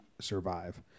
survive